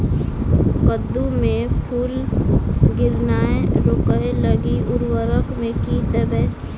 कद्दू मे फूल गिरनाय रोकय लागि उर्वरक मे की देबै?